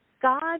God